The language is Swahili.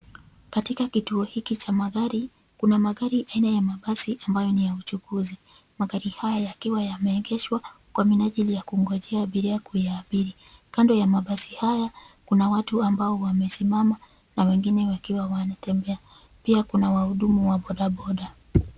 Katika kituo hiki cha magari kuna magari aina ya mabasi ambayo ni ya uchukuzi. Magari haya yakiwa yameegeshwa kwa minajili ya kungoja abiria kuyaabiri. Kando ya mabasi haya, kuna watu ambao wamesimama na wengine ambao wanatembea. Pia kuna wahudumu wa bodaboda.